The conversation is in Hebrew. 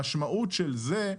המשמעות של זה,